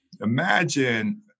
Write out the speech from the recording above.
Imagine